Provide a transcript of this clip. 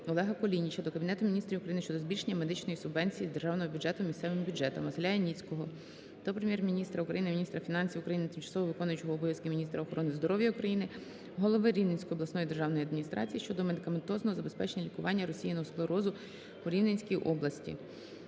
Олега Кулініча до Кабінету Міністрів України щодо збільшення медичної субвенції з Державного бюджету місцевим бюджетам. Василя Яніцького до Прем'єр-міністра України, міністра фінансів України, тимчасово виконуючої обов'язки міністра охорони здоров'я України, голови Рівненської обласної державної адміністрації щодо медикаментозного забезпечення лікування розсіяного склерозу у Рівненській області.